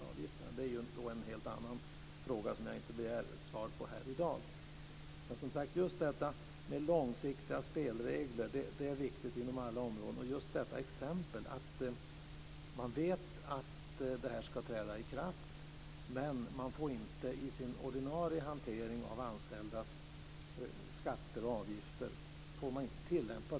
Men det är en helt annan fråga som jag inte begär svar på här i dag. Långsiktiga spelregler är, som sagt, viktigt inom alla områden. Man vet att detta ska träda i kraft, men man får inte tillämpa det från början av året i den ordinarie hanteringen av anställdas skatter och avgifter.